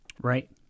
right